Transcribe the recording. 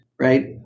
right